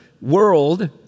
world